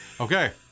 Okay